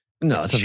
No